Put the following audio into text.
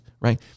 Right